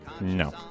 No